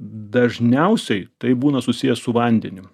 dažniausiai tai būna susiję su vandeniu